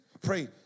pray